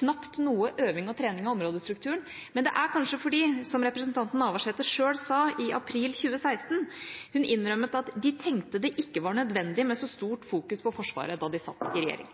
knapt noe øving og trening av områdestrukturen, men det er kanskje fordi, som representanten Navarsete selv innrømmet i april 2016, de tenkte det ikke var nødvendig med så stort fokus på Forsvaret da de satt i regjering.